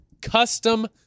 custom